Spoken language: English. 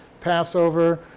Passover